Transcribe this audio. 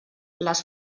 les